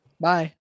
bye